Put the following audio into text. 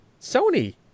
Sony